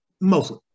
mostly